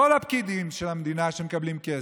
כל הפקידים של המדינה שמקבלים כסף,